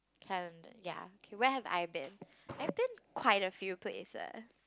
calendar okay ya where have I been I've been quite a few places